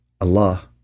allah